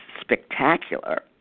spectacular